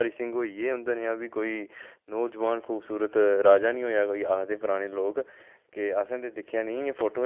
प्ही महाराजा साढ़े महाराजा हरि सिंह होई गे उं'दे नेहा बी कोई नौजुआन खूबसूरत राजा निं होआ कोई आखदे पराने लोक